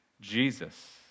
Jesus